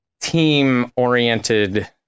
team-oriented